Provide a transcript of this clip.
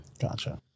Gotcha